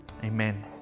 Amen